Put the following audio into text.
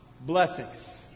blessings